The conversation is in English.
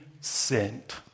sent